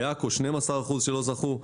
בעכו 12 אחוזים שלא זכו.